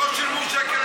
אבל לא שילמו שקל אחד.